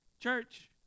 Church